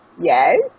Yes